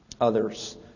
others